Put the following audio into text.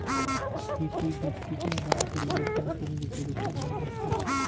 কৃষি, বৃষ্টিপাত আর পরিবর্তনশীল ঋতুর উপর নির্ভরশীল